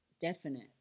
definite